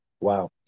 Wow